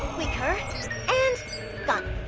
weaker and gone.